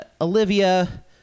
Olivia